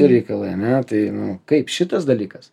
reikalai ar ne tai nu kaip šitas dalykas